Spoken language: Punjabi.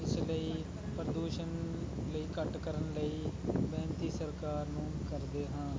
ਇਸ ਲਈ ਪ੍ਰਦੂਸ਼ਣ ਲਈ ਘੱਟ ਕਰਨ ਲਈ ਬੇਨਤੀ ਸਰਕਾਰ ਨੂੰ ਕਰਦੇ ਹਾਂ